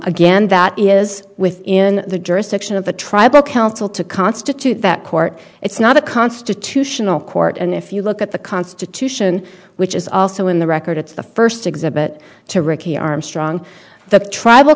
again that is within the jurisdiction of the tribal council to constitute that court it's not a constitutional court and if you look at the constitution which is also in the record it's the first exhibit to ricky armstrong that tribal